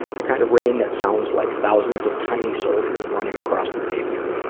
the kind of rain that sounds like thousands of tiny soldiers running across the pavement.